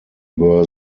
were